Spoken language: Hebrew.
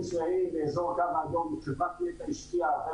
--- באזור הקו האדום חברת נת"ע השקיעה המון